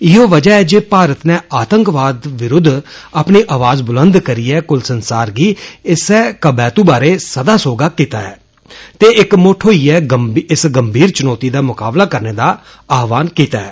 इयै बजह ऐ जे भारत नै आतंकवाद विरूद्व अपनी आवाज़ बुलंद करिए कुलसंसार गी इस्सै कबैतू बारै सदा सौह्गा कीता ऐ ते इक्क मुट्ठ होईयै इस गंभीर चुनौती दा मुकाबला करने दा आह्वान कीता ऐ